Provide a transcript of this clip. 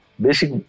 Basic